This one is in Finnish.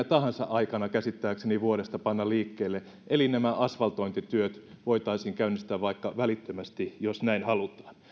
tahansa aikana vuodesta panna liikkeelle eli nämä asfaltointityöt voitaisiin käynnistää vaikka välittömästi jos näin halutaan